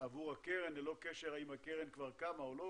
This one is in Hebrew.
עבור הקרן, ללא קשר האם הקרן קמה או לא